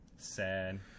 sad